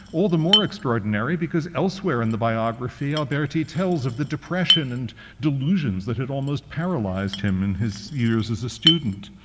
all the more extraordinary because elsewhere in the biography, alberti tells of the depression and delusions that had almost paralyzed him in his years as a student.